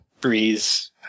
breeze